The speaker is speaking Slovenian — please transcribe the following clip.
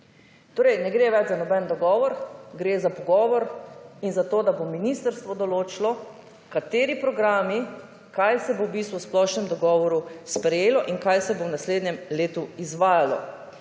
torej ne gre več za noben dogovor, gre za pogovor in zato, da bo ministrstvo določilo kateri programi, kaj se bo v bistvu v splošnem dogovoru sprejelo in kaj se bo v naslednjem letu izvajalo.